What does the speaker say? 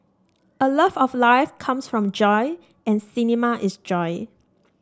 a love of life comes from joy and cinema is joy